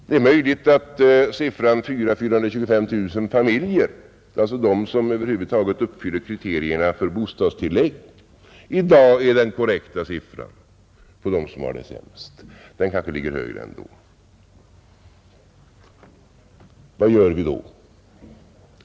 Det är möjligt att siffran 400 000 — 425 000 familjer, dvs. de som uppfyller kriterierna för bostadstillägg, i dag är korrekt när det gäller dem som har det sämst. Den kanske ligger ändå högre. Vad gör vi då?